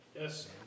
Yes